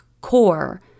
core